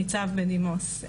ניצב בדימוס,